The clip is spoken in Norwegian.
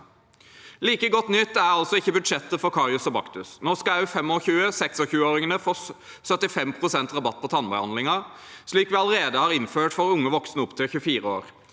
Like godt nytt er altså ikke budsjettet for Karius og Baktus. Når skal også 25-åringene og 26-åringene få 75 pst. rabatt på tannbehandlingen, slik vi allerede har innført for unge voksne opp til 24 år.